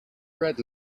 red